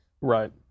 Right